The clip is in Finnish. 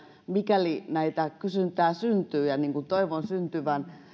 mikäli kysyntää syntyy ja toivon syntyvän